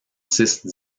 six